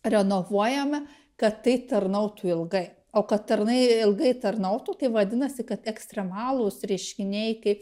renovuojame kad tai tarnautų ilgai o kad tarnai ilgai tarnautų tai vadinasi kad ekstremalūs reiškiniai kaip